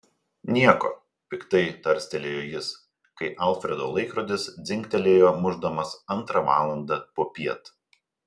nieko piktai tarstelėjo jis kai alfredo laikrodis dzingtelėjo mušdamas antrą valandą popiet